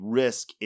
risk